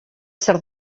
zer